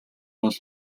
бол